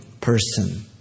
person